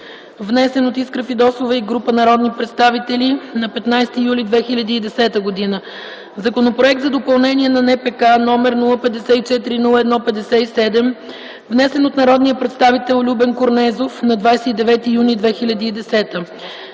внесен от Искра Фидосова и група народни представители на 15 юли 2010 г., Законопроект за допълнение на НПК, № 054-01-57, внесен от народния представител Любен Корнезов на 29 юни 2010